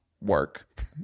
work